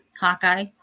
Hawkeye